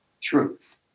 truth